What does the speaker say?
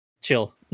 chill